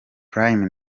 prime